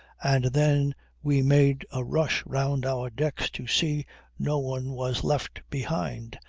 and then we made a rush round our decks to see no one was left behind.